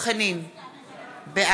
אתה